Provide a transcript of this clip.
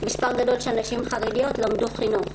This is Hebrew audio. מספר גדול של נשים חרדיות למדו חינוך